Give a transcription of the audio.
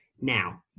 Now